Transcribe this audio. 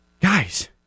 Guys